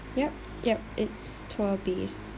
yup yup it's tour based